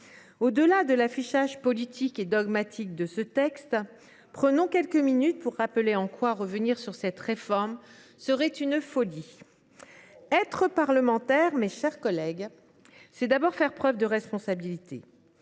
Au delà de l’affichage politique et dogmatique, prenons quelques minutes pour rappeler en quoi revenir sur cette réforme serait une folie. Être parlementaire, mes chers collègues, c’est d’abord faire preuve de responsabilité.